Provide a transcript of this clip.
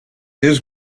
his